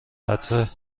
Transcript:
قطعه